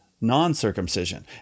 non-circumcision